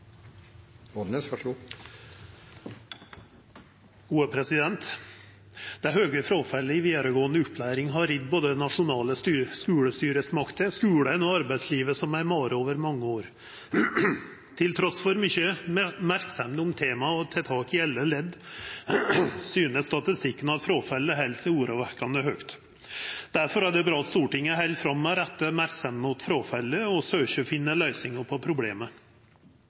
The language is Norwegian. Det høge fråfallet i vidaregåande opplæring har ridd både nasjonale skulestyresmakter, skulane og arbeidslivet som ei mare over mange år. Trass i mykje merksemd om temaet og tiltak i alle ledd syner statistikken at fråfallet held seg urovekkjande høgt. Difor er det bra at Stortinget held fram med å retta merksemda mot fråfallet og søkjer å finna løysingar på problemet.